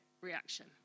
reaction